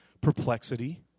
perplexity